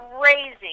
Crazy